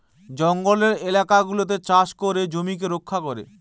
জঙ্গলের এলাকা গুলাতে চাষ করে জমিকে রক্ষা করে